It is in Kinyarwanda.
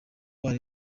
bari